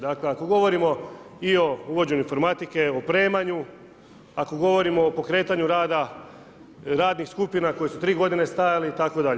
Dakle, ako govorimo i o uvođenju informatike, o opremanju, ako govorimo o pokretanju rada radnih skupina koje su 3 godine stajali itd.